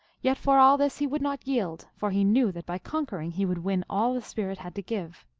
yet for all this he would not yield, for he knew that by conquering he would win all the spirit had to give.